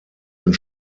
ins